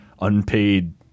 unpaid